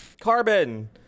Carbon